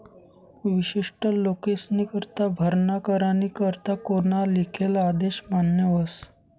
विशिष्ट लोकेस्नीकरता भरणा करानी करता कोना लिखेल आदेश मान्य व्हस